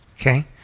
okay